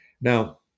Now